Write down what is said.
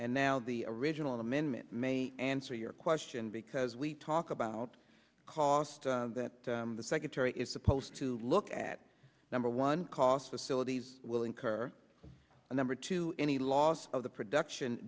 now the original amendment may answer your question because we talk about cost that the secretary is supposed to look at number one cost facilities will incur a number to any loss of the production